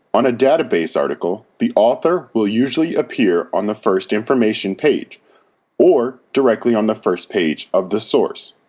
on a database article, the author will usually appear on the first information page or directly on the first page of the source.